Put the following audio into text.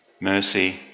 mercy